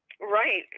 Right